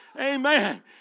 Amen